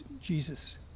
Jesus